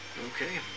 Okay